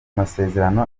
masezerano